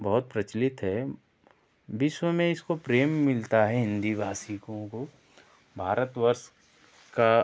बहुत प्रचलित है विश्व में इसको प्रेम मिलता है हिन्दी भाषिकों को भारत वर्ष का